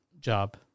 job